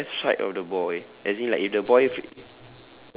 on the left side of the boy as in like if the boy f~